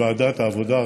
ועדת העבודה,